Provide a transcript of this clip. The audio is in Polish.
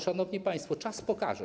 Szanowni państwo, czas pokaże.